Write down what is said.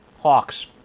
Hawks